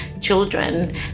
children